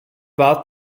war